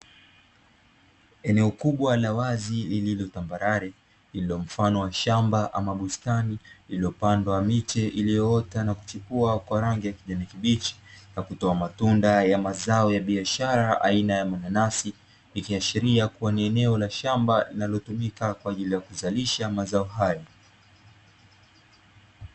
Eneo kubwa la wazi lililotambarare, lililo mfano wa shamba ama bustani lililopandwa miche iliyoota na kuchipua kwa rangi ya kijani kibichi, na kutoa matunda ya mazao ya biashara aina ya mananasi, ikiashiria kuwa ni eneo la shamba linalotumika kwa ajili ya kuzalisha mazao hayo.